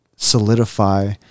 Solidify